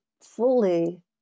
fully